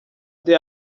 there